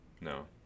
no